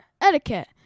etiquette